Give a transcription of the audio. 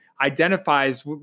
identifies